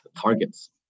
targets